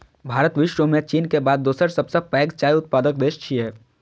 भारत विश्व मे चीन के बाद दोसर सबसं पैघ चाय उत्पादक देश छियै